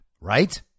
right